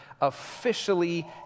officially